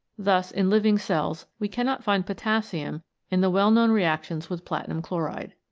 thus in living cells we cannot find potassium in the well known reactions with platinum chloride.